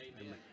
Amen